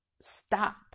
stop